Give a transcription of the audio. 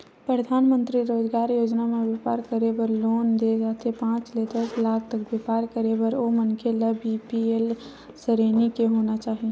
परधानमंतरी रोजगार योजना म बेपार करे बर लोन दे जाथे पांच ले दस लाख तक बेपार करे बर ओ मनखे ल बीपीएल सरेनी के होना चाही